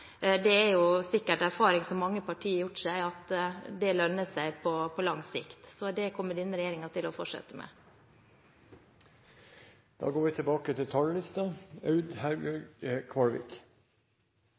sikkert en erfaring som mange partier har gjort seg, så det kommer denne regjeringen til å fortsette med. Replikkordskiftet er dermed omme. Vi